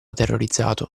terrorizzato